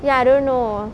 ya I don't know